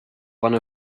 one